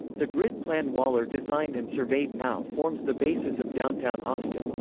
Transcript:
the grid plan waller designed and surveyed now forms the basis of downtown austin